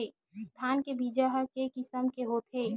धान के बीजा ह के किसम के होथे?